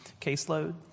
caseload